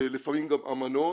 לפעמים גם אמנות